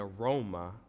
aroma